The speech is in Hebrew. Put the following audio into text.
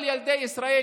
כל ילדי ישראל,